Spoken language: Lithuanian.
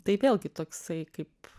tai vėlgi toksai kaip